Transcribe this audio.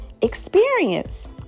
experience